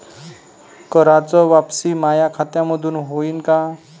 कराच वापसी माया खात्यामंधून होईन का?